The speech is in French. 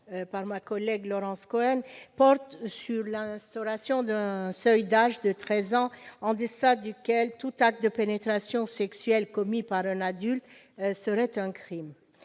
par ma collègue Laurence Cohen, visent à instaurer un seuil d'âge de treize ans en deçà duquel tout acte de pénétration sexuelle commis par un adulte serait un crime,